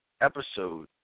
episode